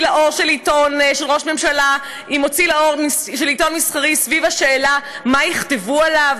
לאור של עיתון מסחרי סביב השאלה מה יכתבו עליו.